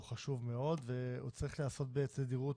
הוא חשוב מאוד והוא צריך להיעשות בתדירות